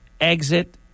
exit